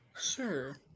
Sure